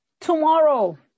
Tomorrow